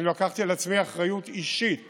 אני לקחתי על עצמי אחריות אישית